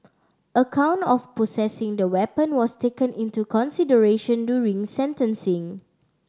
a count of possessing the weapon was taken into consideration during sentencing